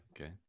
okay